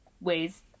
ways